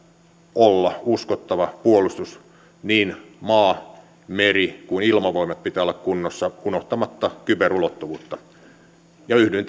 olla uskottava puolustus niin maa meri kuin ilmavoimien pitää olla kunnossa unohtamatta kyberulottuvuutta yhdyn